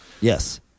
Yes